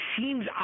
seems